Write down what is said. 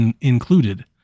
included